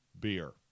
beer